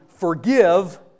Forgive